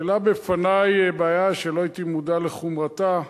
שהעלה בפני בעיה שלא הייתי מודע לחומרתה,